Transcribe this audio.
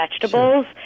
vegetables